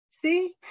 See